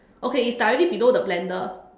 okay it's directly below the blender